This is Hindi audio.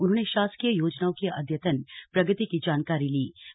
उन्होंने शासकीय योजनाओं की अद्यतन प्रगति की जानकारी प्राप्त ली